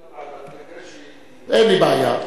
בוועדה, כדי, אין לי בעיה.